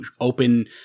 open